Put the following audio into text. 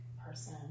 person